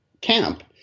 camp